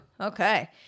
okay